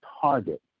target